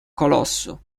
colosso